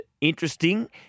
interesting